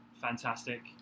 fantastic